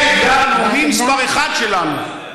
זה האתגר הלאומי מספר אחת שלנו.